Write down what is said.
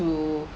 to